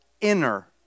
inner